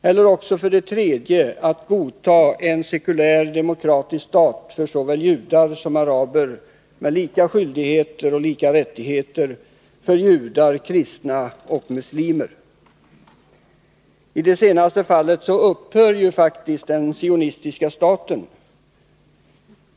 Eller också måste man godta en sekulär demokratisk stat för såväl judar som araber med lika skyldigheter och rättigheter för judar, kristna och muslimer. I det senaste fallet upphör faktiskt den sionistiska staten.